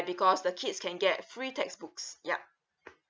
because the kids can get free textbooks ya